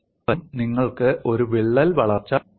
മറ്റൊരു വശം നിങ്ങൾക്ക് ഒരു വിള്ളൽ വളർച്ച തടയാൻ കഴിയുമോ